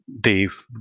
Dave